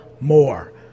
more